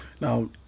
Now